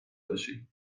باشی